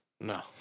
No